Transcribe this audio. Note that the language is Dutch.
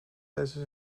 deze